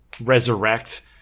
resurrect